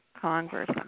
Congress